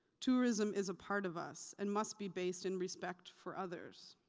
tourism is a part of us and must be based in respect for others.